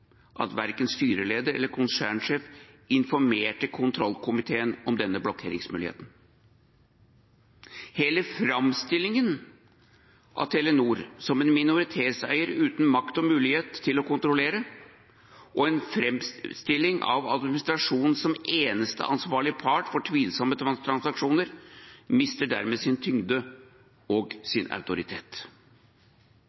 at verken styreleder eller konsernsjef informerte kontrollkomiteen om denne blokkeringsmuligheten. Hele framstillinga av Telenor som en minoritetseier uten makt og mulighet til å kontrollere, og en framstilling av administrasjonen som eneste ansvarlige part for tvilsomme transaksjoner, mister dermed sin tyngde og sin autoritet.